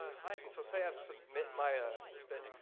ah hi. and so say i submit my ah spit,